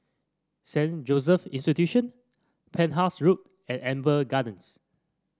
Saint Joseph Institution Penhas Road and Amber Gardens